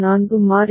எனவே அது நானும் ஜே